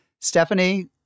Stephanie